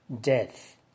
death